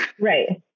Right